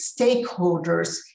stakeholders